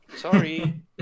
Sorry